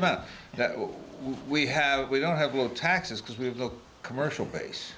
that what we have we don't have will taxes because we look commercial base